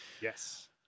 Yes